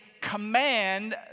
command